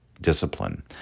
discipline